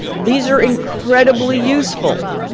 these are incredibly useful.